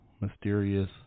mysterious